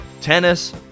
tennis